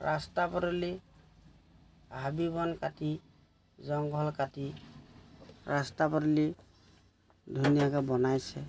ৰাস্তা পদূলি হাবি বন কাটি জংঘল কাটি ৰাস্তা পদূলি ধুনীয়াকৈ বনাইছে